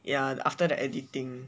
ya after the editing